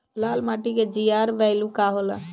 लाल माटी के जीआर बैलू का होला?